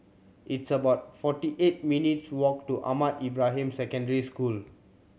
it's about forty eight minutes' walk to Ahmad Ibrahim Secondary School